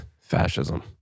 Fascism